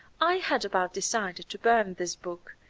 i had about decided to burn this book,